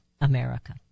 America